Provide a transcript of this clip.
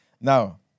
Now